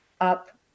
up